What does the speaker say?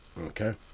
okay